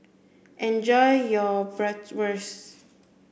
enjoy your Bratwurst